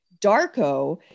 Darko